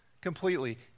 completely